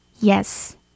Yes